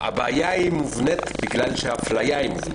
הבעיה מובנית בגלל שהאפליה מובנית.